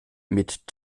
mit